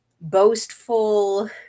boastful